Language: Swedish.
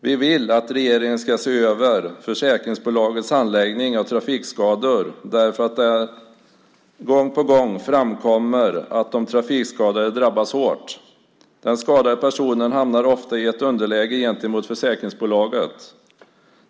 Vi vill att regeringen ska se över försäkringsbolagens handläggning av trafikskador därför att det gång på gång framkommer att de trafikskadade drabbas hårt. Den skadade personen hamnar ofta i ett underläge gentemot försäkringsbolaget.